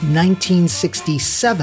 1967